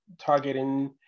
targeting